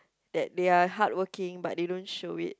that they are hardworking but they don't show it